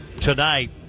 tonight